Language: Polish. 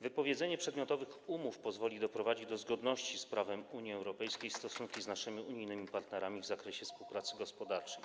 Wypowiedzenie przedmiotowych umów pozwoli doprowadzić do zgodności z prawem Unii Europejskiej stosunki z naszymi unijnymi partnerami w zakresie współpracy gospodarczej.